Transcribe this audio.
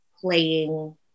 playing